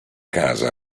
casa